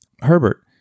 Herbert